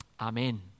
Amen